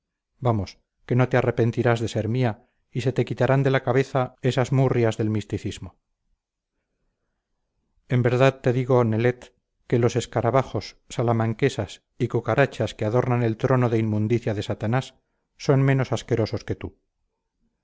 vamos que no te arrepentirás de ser mía y se te quitarán de la cabeza esas murrias del misticismo en verdad te digo nelet que los escarabajos salamanquesas y cucarachas que adornan el trono de inmundicia de satanás son menos asquerosos que tú